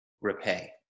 repay